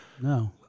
no